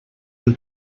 del